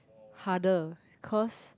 harder cause